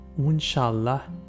Inshallah